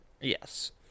Yes